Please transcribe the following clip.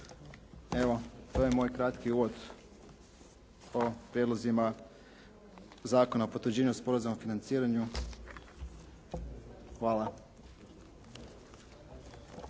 Evo to je moj kratki uvod o prijedlozima Zakona o potvrđivanju sporazuma o financiranju. Hvala.